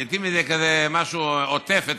לגיטימי זה כזה משהו עוטף את,